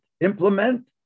Implement